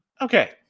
okay